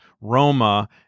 Roma